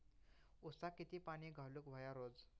ऊसाक किती पाणी घालूक व्हया रोज?